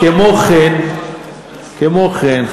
כמו כן,